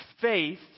faith